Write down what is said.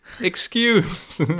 Excuse